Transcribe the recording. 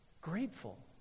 grateful